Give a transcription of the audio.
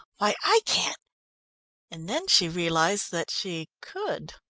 i can't and then she realised that she could.